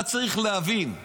אתה צריך להבין,